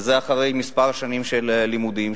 וזה אחרי כמה שנים של לימודים,